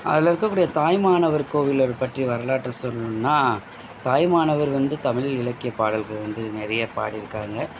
அதில் இருக்கக்கூடிய தாயுமானவர் கோவிலோட பற்றி வரலாற்று சொல்லணுன்னா தாயுமானவர் வந்து தமிழ் இலக்கியப் பாடல்களை வந்து நிறைய பாடிருக்காங்கள்